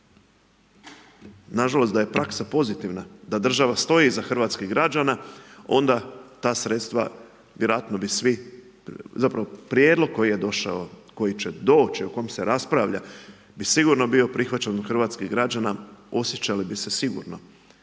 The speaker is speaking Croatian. Nažalost, da je praksa pozitivna, da država stoji iza hrvatskih građana, onda ta sredstva vjerojatno bi svi, zapravo prijedlog koji je došao, koji će doći, o kom se raspravlja bi sigurno bio prihvaćen od hrvatskih građana, osjećali bi se sigurno,